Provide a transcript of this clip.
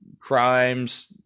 crimes